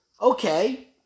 okay